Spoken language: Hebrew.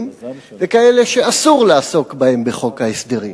וכאלה שאסור לעסוק בהם בחוק ההסדרים.